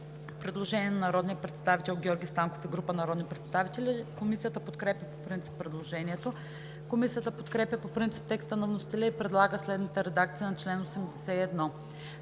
предложение на народния представител Георги Станков и група народни представители. Комисията подкрепя по принцип предложението. Комисията подкрепя по принцип текста на вносителя и предлага следната редакция на чл. 81: